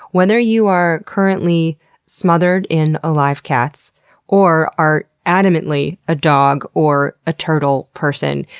whether you are currently smothered in alive cats or are adamantly a dog or a turtle person,